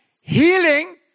healing